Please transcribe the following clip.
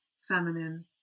feminine